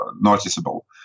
noticeable